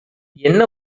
என்ன